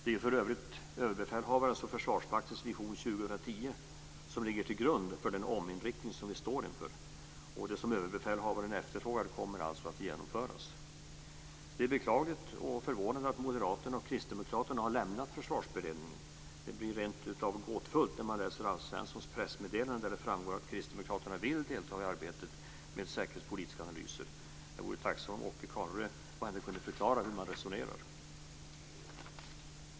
Det är för övrigt överbefälhavarens och Försvarsmaktens Vision 2010 som ligger till grund för den ominriktning som vi står inför, och det som överbefälhavaren efterfrågar kommer alltså att genomföras. Det är beklagligt och förvånande att Moderaterna och Kristdemokraterna har lämnat Försvarsberedningen. Det blir rent utav gåtfullt när man läser Alf Svenssons pressmeddelande där det framgår att Kristdemokraterna vill delta i arbetet med säkerhetspolitiska analyser. Jag vore tacksam om Åke Carnerö måhända kan förklara hur man resonerar.